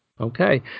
Okay